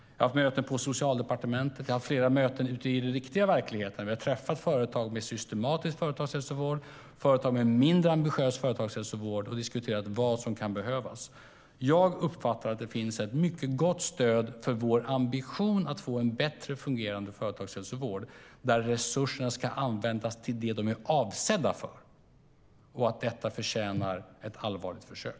Jag har haft möten på Socialdepartementet, jag har haft flera möten ute i den riktiga verkligheten, jag har träffat företag med systematisk företagshälsovård och företag med mindre ambitiös företagshälsovård och diskuterat vad som kan behövas. Jag uppfattar att det finns ett mycket gott stöd för vår ambition att få en bättre fungerande företagshälsovård där resurserna ska användas till det som de är avsedda för och att detta förtjänar ett allvarligt försök.